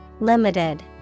limited